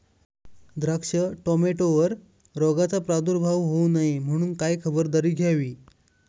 द्राक्ष, टोमॅटोवर रोगाचा प्रादुर्भाव होऊ नये म्हणून काय खबरदारी घ्यावी?